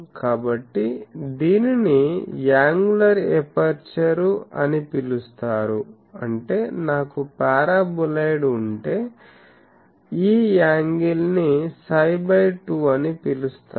కాబట్టి దీనిని angular aperture అని పిలుస్తారు అంటే నాకు పారాబొలాయిడ్ ఉంటే ఈ యాంగిల్ ని Ѱ2 అని పిలుస్తాను